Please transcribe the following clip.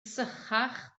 sychach